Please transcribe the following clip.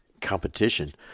competition